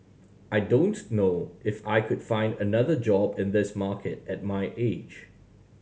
I don't know if I could find another job in this market at my age